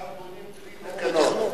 שם בונים בלי תקנות.